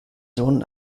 sohn